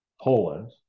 Poland